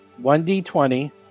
1d20